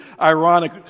ironic